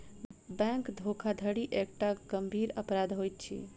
bank धोखाधड़ी एकटा गंभीर अपराध होइत अछि